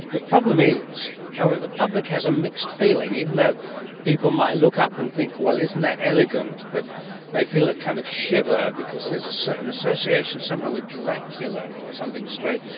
the problem is however, the public has a mixed feeling, even though people might look up and think, well, isn't that elegant, but they feel a kind of shiver because there's a certain association somehow with dracula or something strange.